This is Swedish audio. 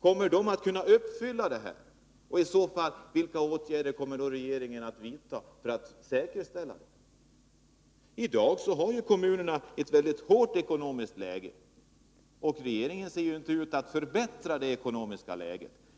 Kommer de att kunna uppfylla kraven? Vilka åtgärder kommer regeringen att vidta för att säkerställa det? Kommunerna befinner sig i dag i ett mycket hårt ekonomiskt läge, och regeringen ser inte ut att förbättra detta läge.